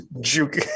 juke